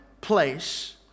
place